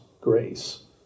grace